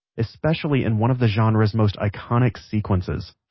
especially in one of the genre's most iconic sequences,